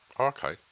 okay